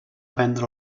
vendre